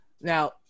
now